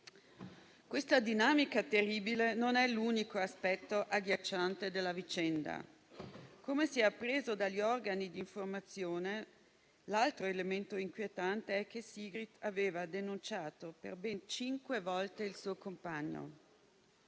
Questa dinamica terribile non è l'unico aspetto agghiacciante della vicenda. Come si è appreso dagli organi d'informazione, l'altro elemento inquietante è che Sigrid aveva denunciato per ben cinque volte il suo compagno.